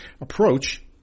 approach